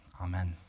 Amen